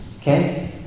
okay